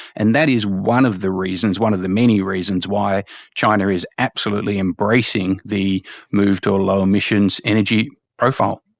and that is one of the reasons, one of the many reasons why china is absolutely embracing the move to a low emissions energy profile.